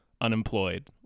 unemployed